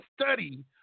study